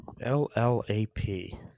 L-L-A-P